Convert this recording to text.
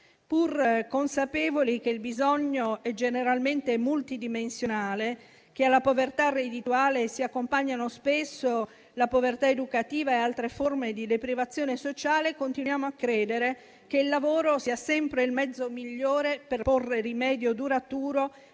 Pur consapevoli che il bisogno è generalmente multidimensionale, che alla povertà reddituale si accompagnano spesso la povertà educativa e altre forme di deprivazione sociale, continuiamo a credere che il lavoro sia sempre il mezzo migliore per porre rimedio duraturo